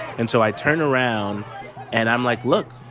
and so i turn around and i'm like, look,